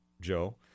Joe